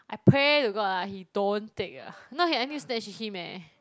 I pray to God ah he don't take ah no he I need to snatch with him eh